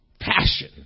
passion